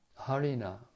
harina